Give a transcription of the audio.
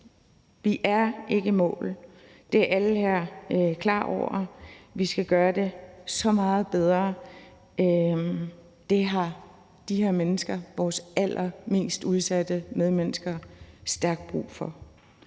Vi er ikke i mål. Det er alle her klar over. Vi skal gøre det så meget bedre. Det har de her mennesker, vores allermest udsatte medmennesker, stærkt brug for.